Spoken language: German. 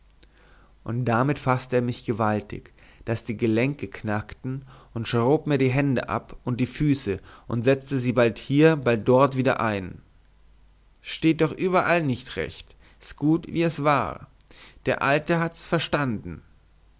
und damit faßte er mich gewaltig daß die gelenke knackten und schrob mir die hände ab und die füße und setzte sie bald hier bald dort wieder ein s steht doch überall nicht recht s gut so wie es war der alte hat's verstanden